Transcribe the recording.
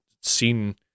seen